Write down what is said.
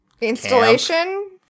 installation